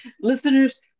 listeners